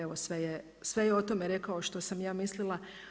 Evo sve je o tome rekao što sam ja mislila.